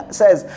says